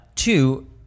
Two